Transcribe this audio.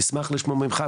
נשמח לשמוע ממך.